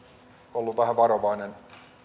ollut vähän varovainen